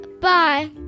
Bye